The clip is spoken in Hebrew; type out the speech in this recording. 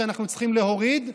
שאנחנו צריכים להוריד,